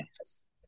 Yes